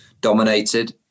dominated